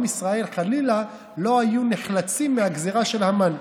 עם ישראל, חלילה, לא היו נחלצים מהגזרה של המן.